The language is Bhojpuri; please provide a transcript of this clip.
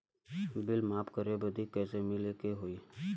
बिल माफ करे बदी कैसे मिले के होई?